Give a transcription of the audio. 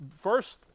first